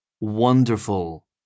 wonderful